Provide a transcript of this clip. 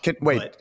Wait